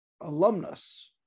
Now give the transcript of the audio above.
alumnus